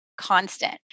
constant